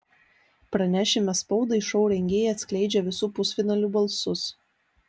pranešime spaudai šou rengėjai atskleidžia visų pusfinalių balsus